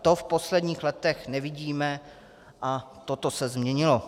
To v posledních letech nevidíme a toto se změnilo.